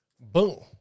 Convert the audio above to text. boom